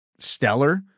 stellar